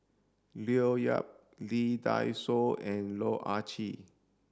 Leo Yip Lee Dai Soh and Loh Ah Chee